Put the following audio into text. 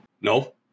No